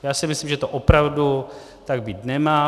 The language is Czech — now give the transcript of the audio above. Já si myslím, že to opravdu tak být nemá.